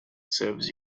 serves